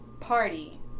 party